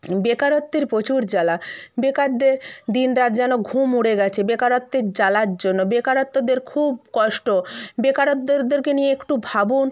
বেকারত্বের প্রচুর জ্বালা বেকারদের দিনরাত যেন ঘুম উড়ে গেছে বেকারত্বের জ্বালার জন্য বেকারত্বদের খুব কষ্ট বেকারতদেরদেরকে নিয়ে একটু ভাবুন